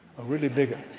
a really big un.